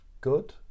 good